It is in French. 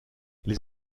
les